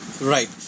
Right